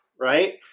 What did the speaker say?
Right